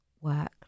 work